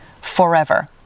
forever